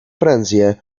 francia